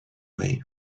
way